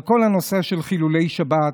על כל הנושא של חילולי שבת,